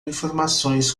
informações